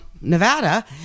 Nevada